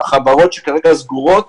החברות שכרגע סגורות